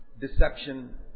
deception